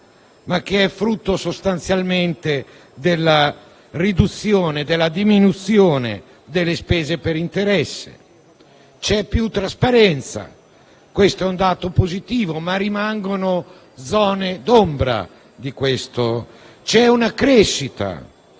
ma che sostanzialmente è frutto della diminuzione delle spese per interessi. C'è più trasparenza (questo è un dato positivo), ma rimangono zone d'ombra. C'è una crescita,